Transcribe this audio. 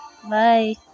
Bye